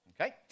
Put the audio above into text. okay